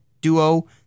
duo